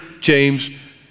James